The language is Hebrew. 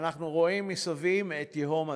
כשאנחנו רואים שמסביב ייהום הסער,